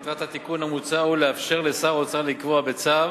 "מטרת התיקון המוצע היא לאפשר לשר האוצר לקבוע בצו